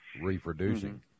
reproducing